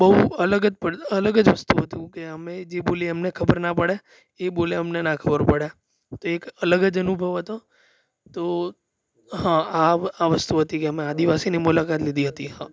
બહું અલગ જ અલગ જ વસ્તુ હતી કે અમે જે બોલીએ એ અમને ખબર ના પડે એ બોલે અમને ના ખબર પડે તો એક અલગ જ અનુભવ હતો તો હા આ આ વસ્તુ હતી કે અમે આદિવાસીની મુલાકાત લીધી હતી હા